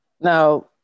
Now